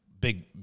big